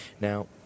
Now